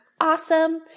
awesome